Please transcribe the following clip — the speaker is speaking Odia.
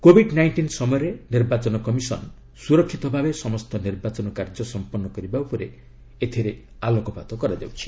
କୋବିଡ୍ ନାଇଷ୍ଟିନ୍ ସମୟରେ ନିର୍ବାଚନ କମିସନ ସୁରକ୍ଷିତ ଭାବେ ସମସ୍ତ ନିର୍ବାଚନ କାର୍ଯ୍ୟ ସମ୍ପନ୍ନ କରିବା ଉପରେ ଏଥିରେ ଆଲୋକପାତ କରାଯାଉଛି